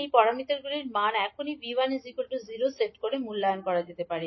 এই প্যারামিটারগুলির মানগুলি এখনই 𝐕1 0 সেট করে মূল্যায়ন করা যেতে পারে